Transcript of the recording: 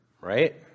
right